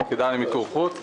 היחידה למיקור חוץ,